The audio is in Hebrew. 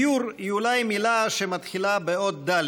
"דיור" היא אולי מילה שמתחילה באות ד',